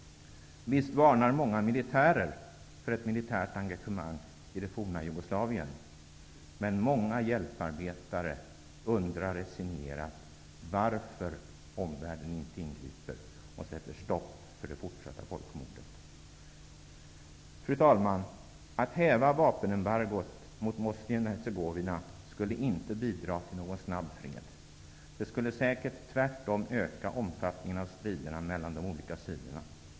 Visst varnar många militärer för ett militärt engagemang i det forna Jugoslavien. Men många hjälparbetare undrar resignerat varför omvärlden inte ingriper och sätter stopp för det fortsatta folkmordet. Fru talman! Att häva vapenembargot mot Bosnien Hercegovina skulle inte bidra till någon snabb fred. Det skulle säkert tvärtom öka omfattningen av striderna mellan de olika sidorna.